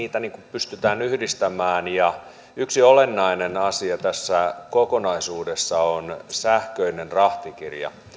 pystytään yhdistämään ja yksi olennainen asia tässä kokonaisuudessa on sähköinen rahtikirja